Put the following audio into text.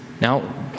Now